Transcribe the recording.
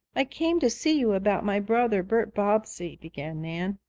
i came to see you about my brother, bert bobbsey, began nan.